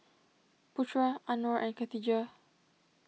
Putra Anuar and Khatijah